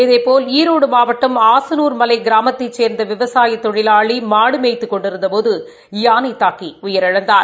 இதேபோல் ஈரோடு மாவட்டம் ஆசனூர் மலை கிராமத்தைந் சேர்ந்த விவசாய தொழிலாளி மாடு மேய்த்துக் கொண்டிருந்போது யானை தாக்கி உயிாழந்தார்